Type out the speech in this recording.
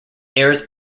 airs